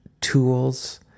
tools